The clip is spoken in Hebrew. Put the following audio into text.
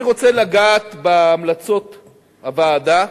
אני רוצה לגעת בהמלצות הוועדה,